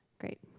Great